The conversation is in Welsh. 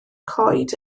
coed